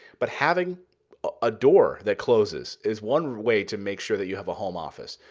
but having a door that closes is one way to make sure that you have a home office.